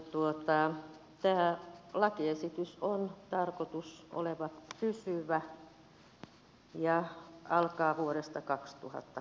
mutta tämän lakiesityksen on tarkoitus olla pysyvä ja alkaa vuodesta kaksituhatta